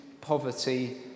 poverty